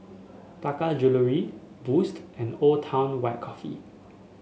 Taka Jewelry Boost and Old Town White Coffee